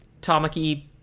Tamaki